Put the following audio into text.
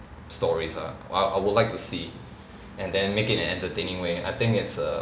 stories ah ah I would like to see and then make it an entertaining way I think it's a